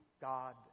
God